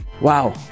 Wow